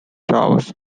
jobs